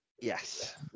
yes